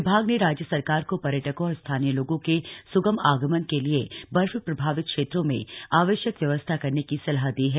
विभाग ने राज्य सरकार को पर्यटकों और स्थानीय लोगों के स्गम आगमन के लिए बर्फ प्रभावित क्षेत्रों में आवश्यक व्यवस्था करने की सलाह दी है